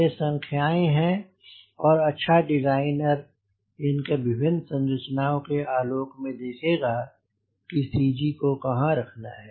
ये संख्याएँ हैं और अच्छा डिज़ाइनर इनके विभिन्न संरचनाओं के आलोक में देखेगा कि CG को कहाँ रखना है